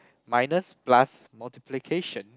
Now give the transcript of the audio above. minus plus multiplication